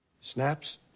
snaps